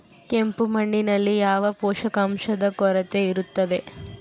ಕೆಂಪು ಮಣ್ಣಿನಲ್ಲಿ ಯಾವ ಪೋಷಕಾಂಶದ ಕೊರತೆ ಇರುತ್ತದೆ?